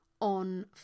on